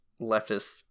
leftist